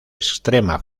extrema